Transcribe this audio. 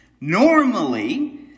Normally